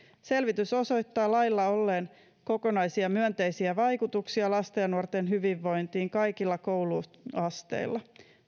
selvitys osoittaa lailla olleen kokonaisuutena myönteisiä vaikutuksia lasten ja nuorten hyvinvointiin kaikilla kouluasteilla